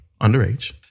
underage